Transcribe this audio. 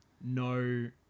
no